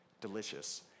Delicious